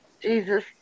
Jesus